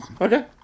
Okay